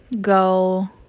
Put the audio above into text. go